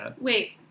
wait